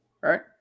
Right